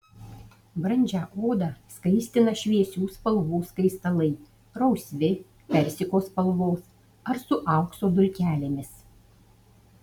brandžią odą skaistina šviesių spalvų skaistalai rausvi persiko spalvos ar su aukso dulkelėmis